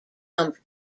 dump